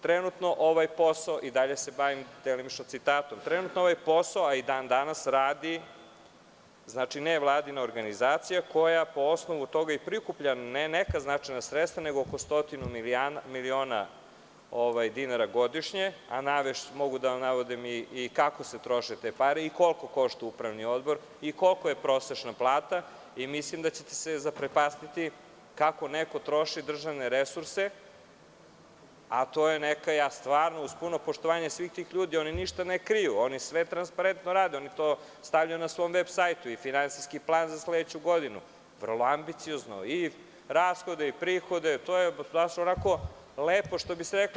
Trenutno ovaj posao, i dalje se bavim onim što sam tada pitao, a i dan danas radi, nevladina organizacija koja po osnovu toga i prikuplja neka značajna i to nisu neka, nego oko 100 miliona dinara godišnje, a mogu da navedem i kako se troše te pare i koliko košta upravni odbor i kolika je prosečna plata i mislim da ćete se zaprepastiti kako neko troši državne resurse, a to je neka, stvarno, uz poštovanje svih tih ljudi, jer oni ništa ne kriju, oni sve transparentno rade, oni to stavljaju na svoj sajt i finansijski plan za sledeću godinu, vrlo ambiciozno i rashode i prihode i to je baš lepo.